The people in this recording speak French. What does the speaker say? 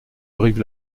brive